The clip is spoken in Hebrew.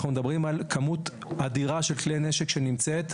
אנחנו מדברים על כמות אדירה של כלי נשק שנמצאת,